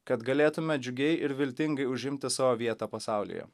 kad galėtume džiugiai ir viltingai užimti savo vietą pasaulyje